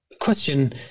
question